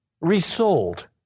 Resold